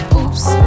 oops